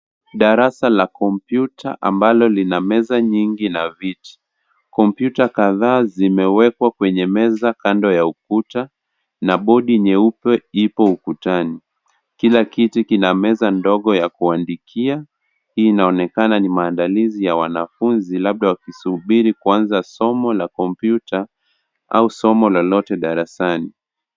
Darasa la kompyuta amabalo lina meza nyingi na viti, kompyuta kadhaa zimewekwa kwenye meza kando ya ukuta na bodi nyeupe ipo ukutani kila kitu kina meza ndogo ya kuandikia hii inaonekana ni maandalizi ya wanafunzi labda wakisubiri kuanza somo la kompyuta au somo lolote darasani.